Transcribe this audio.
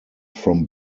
from